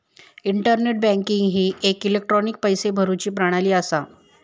internet banking ही एक electronic पैशे भरुची प्रणाली असा